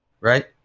right